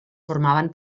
formaven